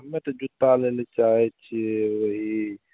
हमे तऽ जूता लै लए चाहय छियै वही